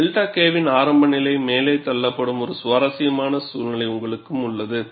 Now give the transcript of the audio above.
𝛅 Kவின் ஆரம்ப நிலை மேலே தள்ளப்படும் ஒரு சுவாரஸ்யமான சூழ்நிலை உங்களுக்கு உள்ளது